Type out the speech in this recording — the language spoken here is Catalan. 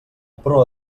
proa